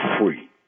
free